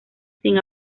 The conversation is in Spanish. sin